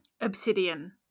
obsidian